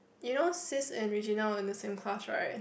you know sis and Regina on the same class right